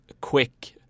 quick